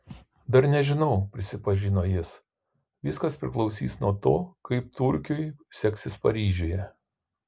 dar nežinau prisipažino jis viskas priklausys nuo to kaip turkiui seksis paryžiuje